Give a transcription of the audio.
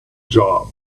job